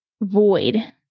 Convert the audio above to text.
void